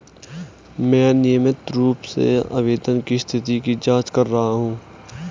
मैं नियमित रूप से आवेदन की स्थिति की जाँच कर रहा हूँ